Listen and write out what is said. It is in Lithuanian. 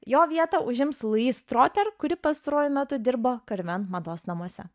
jo vietą užims luis troter kuri pastaruoju metu dirbo karven mados namuose